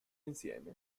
insieme